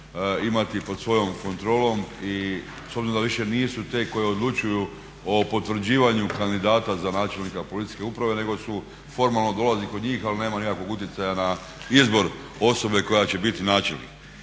imati pod svojom kontrom i s obzirom da više nisu te koje odlučuju o potvrđivanju kandidata za načelnika policijske uprave nego su, formalno dolazi kod njih ali nema nikakvog utjecaja na izbor osobe koja će biti načelnik.